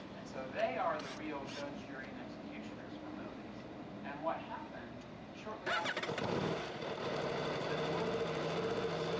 and so they are the real judge, jury, and executioners for movies and what happened shortly after this code came out is that one of the insurers